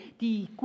die